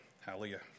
Hallelujah